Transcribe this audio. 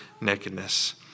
nakedness